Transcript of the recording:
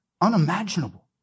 Unimaginable